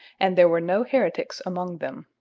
and there were no heretics among them.